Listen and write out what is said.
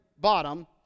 bottom